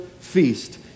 feast